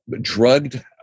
drugged